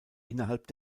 innerhalb